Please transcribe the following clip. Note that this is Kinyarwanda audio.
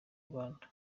rwanda